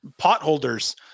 potholders